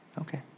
Okay